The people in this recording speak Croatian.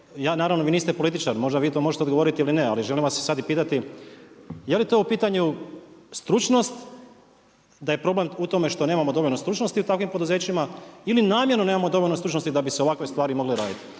naravno, vi niste političar, možda vi to možete odgovoriti ili ne. Ali želim vas sad i pitati je li to u pitanju stručnost, da je problem u tome što nemamo dovoljno stručnosti u takvim poduzećima ili namjerno nemamo dovoljno stručnosti da bi se ovakve stvari mogle raditi.